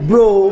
Bro